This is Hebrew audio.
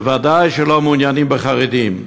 הם בוודאי לא מעוניינים בחרדים.